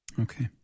Okay